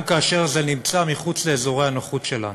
גם כאשר זה נמצא מחוץ לאזורי הנוחות שלנו.